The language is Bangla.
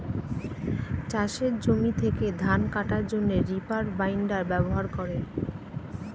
চাষের জমি থেকে ধান কাটার জন্যে রিপার বাইন্ডার ব্যবহার করে